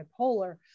bipolar